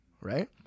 Right